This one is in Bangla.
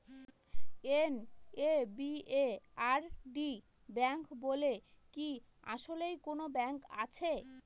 এন.এ.বি.এ.আর.ডি ব্যাংক বলে কি আসলেই কোনো ব্যাংক আছে?